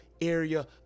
area